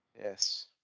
Yes